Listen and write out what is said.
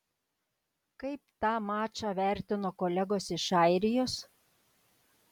kaip tą mačą vertino kolegos iš airijos